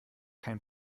kein